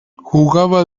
jugaba